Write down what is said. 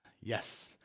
Yes